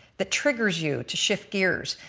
that triggers you to shift gears.